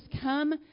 come